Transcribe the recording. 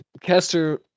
Kester